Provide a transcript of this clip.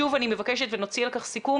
שוב אני מבקשת ונוציא על כך סיכום,